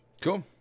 Cool